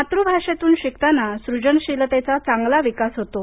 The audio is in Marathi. मातृभाषेतून शिकताना सूजनशीलतेचा चांगला विकास होतो